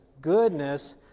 goodness